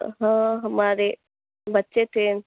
ہاں ہمارے بچے تھے